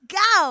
go